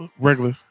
regular